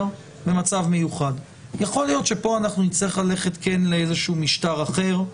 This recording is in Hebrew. יכול להיות שפה אנחנו נצטרך ללכת כן לאיזה משטר אחר,